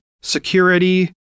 security